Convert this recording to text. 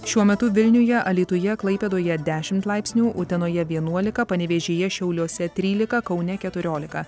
šiuo metu vilniuje alytuje klaipėdoje dešimt laipsnių utenoje vienuolika panevėžyje šiauliuose trylika kaune keturiolika